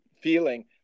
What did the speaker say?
feeling